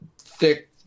thick